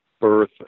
birth